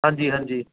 ਹਾਂਜੀ ਹਾਂਜੀ